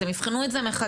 אז הם יבחנו את זה מחדש,